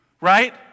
right